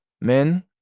men